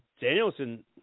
Danielson